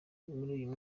uyu